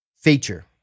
feature